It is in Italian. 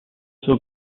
suo